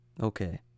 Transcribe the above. Okay